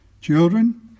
Children